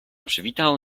przywitał